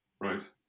right